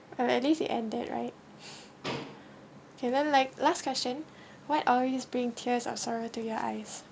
uh at least you ended right can I like last question what always bring tears or sorrow to your eyes